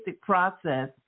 process